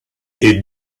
est